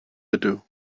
ydw